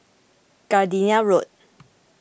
Gardenia Road